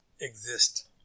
exist